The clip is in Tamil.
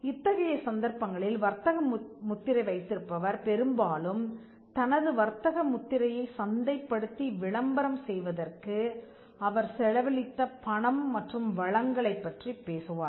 இத்தகைய சந்தர்ப்பங்களில் வர்த்தக முத்திரை வைத்திருப்பவர் பெரும்பாலும் தனது வர்த்தக முத்திரையைச் சந்தைப்படுத்தி விளம்பரம் செய்வதற்கு அவர் செலவழித்த பணம் மற்றும் வளங்களைப் பற்றிப் பேசுவார்